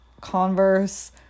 Converse